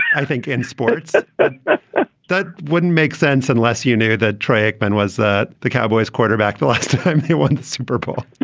i think in sports ah that wouldn't make sense unless you knew that trackman was that the cowboys quarterback the last time he won the super bowl